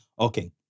Okay